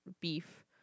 beef